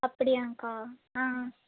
அப்படியாங்க்கா ஆ ஆ